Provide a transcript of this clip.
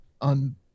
on